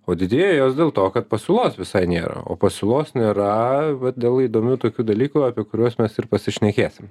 o didėja jos dėl to kad pasiūlos visai nėra o pasiūlos nėra dėl įdomių tokių dalykų apie kuriuos mes ir pasišnekėsim